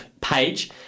page